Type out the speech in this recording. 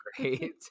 great